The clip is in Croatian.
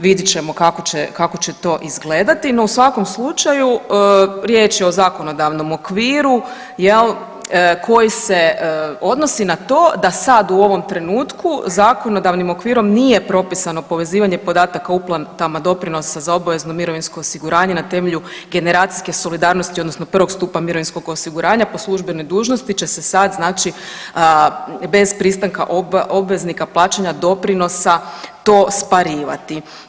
Vidjet ćemo kako će to izgledati, no u svakom slučaju, riječ je o zakonodavnom okviru koji se odnosi na to da sad u ovom trenutku zakonodavnim okvirom nije propisano povezivanje podataka o uplatama doprinosa za obavezno mirovinsko osiguranje na temelju generacijske solidarnosti, odnosno prvog stupa mirovinskog osiguranja po službenoj dužnosti će se sad znači bez pristanka obveznika plaćanja doprinosa to sparivati.